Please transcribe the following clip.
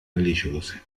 religiose